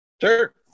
Sure